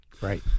Right